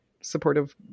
supportive